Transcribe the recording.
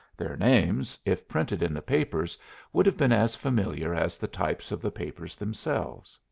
their names if printed in the papers would have been as familiar as the types of the papers themselves.